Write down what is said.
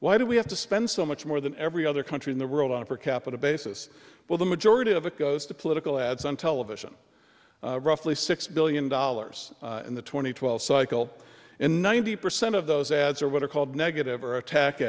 why do we have to spend so much more than every other country in the world on a per capita basis well the majority of it goes to political ads on television roughly six billion dollars in the two thousand and twelve cycle and ninety percent of those ads are what are called negative attack